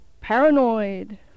paranoid